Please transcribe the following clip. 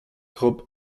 groupe